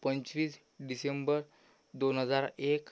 पंचवीस डिसेंबर दोन हजार एक